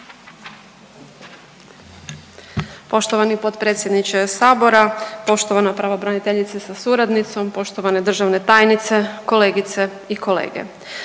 poštovani potpredsjedniče sabora, poštovana pravobraniteljice sa suradnicom, poštovana državna tajnice, kolegice i kolege.